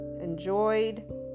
enjoyed